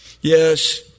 Yes